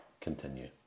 Continue